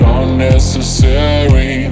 unnecessary